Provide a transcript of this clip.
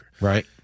right